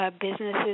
businesses